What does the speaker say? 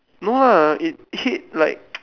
no lah it hit like